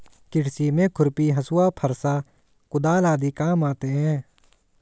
कृषि में खुरपी, हँसुआ, फरसा, कुदाल आदि काम आते है